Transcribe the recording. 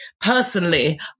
personally